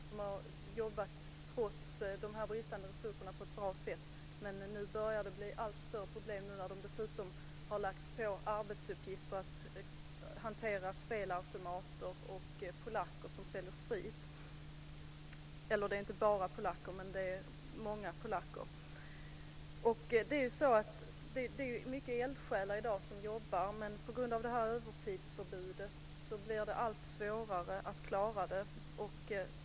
De har jobbat på ett bra sätt trots de bristande resurserna, men nu börjar det bli allt större problem. Nu har de dessutom ålagts arbetsuppgifter att hantera spelautomater och bl.a. polacker som säljer sprit. Det är många eldsjälar som jobbar i dag, men på grund av övertidsförbudet blir det allt svårare att klara det.